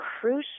crucial